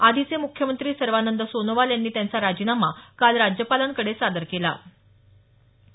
आधीचे मुख्यमंत्री सर्वानंद सोनोवाल यांनी त्यांचा राजीनामा काल राज्यपालांकडे सादर केला होता